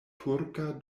turka